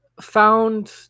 Found